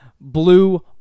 blue